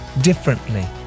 differently